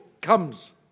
comes